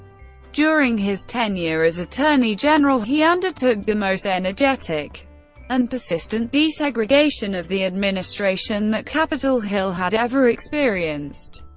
during his tenure as attorney general, he undertook the most energetic and persistent desegregation of the administration that capitol hill had ever experienced.